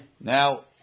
Now